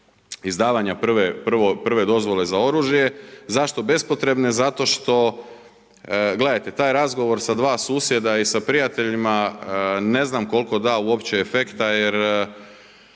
izdavanja prve dozvole za oružje. Zašto bespotrebne? Zato što, gledajte taj razgovor sa dva susjeda i sa prijateljima ne znam koliko da uopće efekta jer